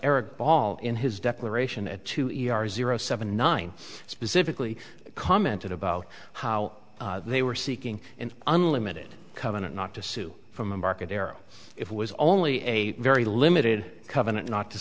eric ball in his declaration at two e r s zero seven nine specifically commented about how they were seeking an unlimited covenant not to sue from embarcadero it was only a very limited covenant not to